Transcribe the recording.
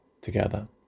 together